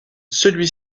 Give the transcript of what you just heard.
celui